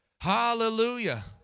Hallelujah